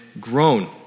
grown